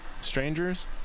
strangers